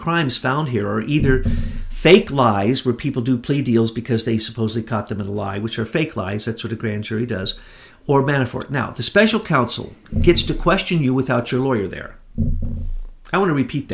crimes found here are either fate lies where people do plea deals because they supposedly cut them in the lie which are fake lies that's what a grand jury does or benefit now the special counsel gets to question you without your lawyer there i want to repeat